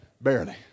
barely